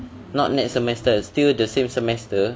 not next semester still the same semester